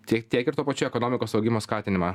tiek tiek ir tuo pačiu ekonomikos augimo skatinimą